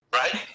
right